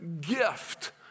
gift